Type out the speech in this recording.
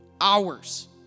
hours